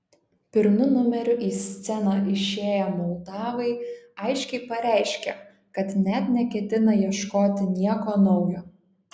pirmu numeriu į sceną išėję moldavai aiškiai pareiškė kad net neketina ieškoti nieko naujo